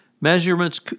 Measurements